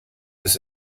ist